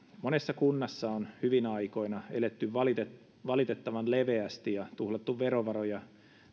monessa kunnassa on hyvinä aikoina eletty valitettavan valitettavan leveästi ja tuhlattu verovaroja